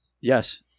yes